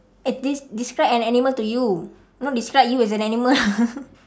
eh des~ describe an animal to you not describe you as an animal